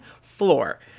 floor